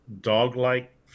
dog-like